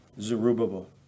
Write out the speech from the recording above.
Zerubbabel